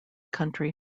country